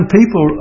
people